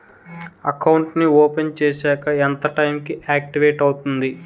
Account నీ open చేశాక ఎంత టైం కి ఆక్టివేట్ అవుతుంది?